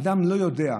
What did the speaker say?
אדם לא יודע,